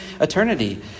eternity